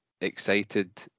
excited